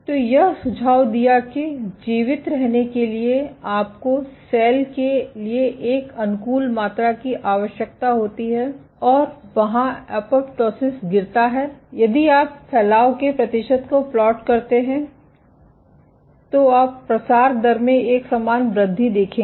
तो यह सुझाव दिया कि जीवित रहने के लिए आपको सेल के लिए एक अनुकूल मात्रा की आवश्यकता होती है और वहाँ पर एपोप्टोसिस गिरता है यदि आप फैलाव के प्रतिशत को प्लॉट करते हैं तो आप प्रसार दर में एक समान वृद्धि देखेंगे